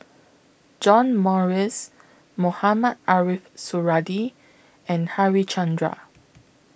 John Morrice Mohamed Ariff Suradi and Harichandra